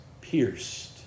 pierced